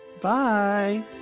Bye